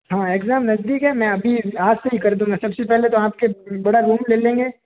हाँ एग्ज़ाम नज़दीक है मैं अभी आज से ही कर दूँगा सब से पहले तो आप के बड़ा रूम ले लेंगे